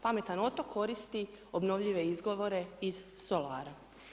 Pametan otok koristi obnovljive izvore iz solara.